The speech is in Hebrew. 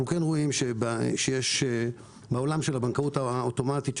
אנחנו רואים שבעולם הבנקאות האוטומטית,